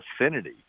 affinity